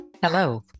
Hello